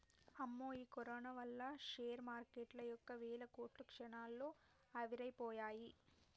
అమ్మో ఈ కరోనా వల్ల షేర్ మార్కెటు యొక్క వేల కోట్లు క్షణాల్లో ఆవిరైపోయాయి